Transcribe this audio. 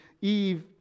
Eve